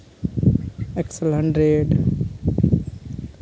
hundred